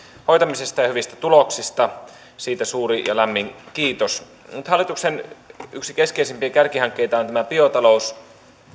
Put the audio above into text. hoitamisesta ja hyvistä tuloksista siitä suuri ja lämmin kiitos hallituksen yksi keskeisimpiä kärkihankkeita on tämä biotalous